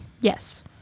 Yes